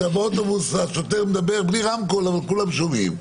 באוטובוס השוטר מדבר בלי רמקול אבל כולם שומעים.